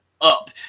up